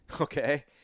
Okay